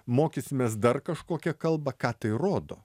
mokysimės dar kažkokią kalbą ką tai rodo